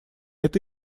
это